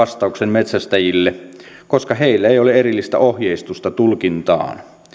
vastauksen metsästäjille koska heillä ei ole erillistä ohjeistusta tulkintaan